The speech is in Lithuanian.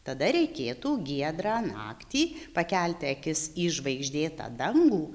tada reikėtų giedrą naktį pakelti akis į žvaigždėtą dangų